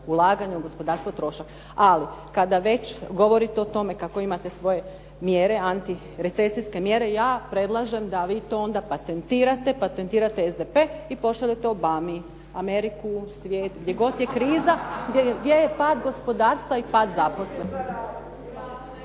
ulaganje u gospodarstvo trošak. Ali kada već govorite o tome kako imate svoje mjere, antirecesijske mjere, ja predlažem da vi to onda patentirate, patentirate SDP i pošaljete Obami, Ameriku, svijet, gdje god je kriza, gdje je pad gospodarstva i pad zaposlenosti.